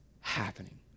happening